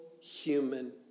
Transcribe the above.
human